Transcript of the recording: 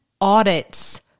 audits